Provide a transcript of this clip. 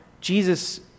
Jesus